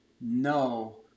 no